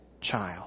child